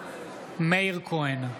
מאיר כהן,